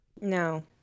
No